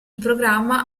programma